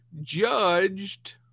judged